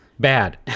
Bad